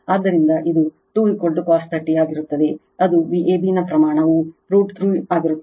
ಆದ್ದರಿಂದ ಇದು 2 cos 30 ಆಗಿರುತ್ತದೆ ಅದು Vab ನ ಪ್ರಮಾಣವು ರೂಟ್ 3 ಆಗಿರುತ್ತದೆ ಮತ್ತು ಈ ಕೋನವು ಇದೇ ರೀತಿ 30 o